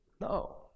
No